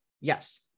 Yes